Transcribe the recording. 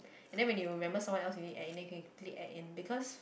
and then when you remember someone else you need add in then can click add in because